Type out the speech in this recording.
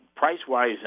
Price-wise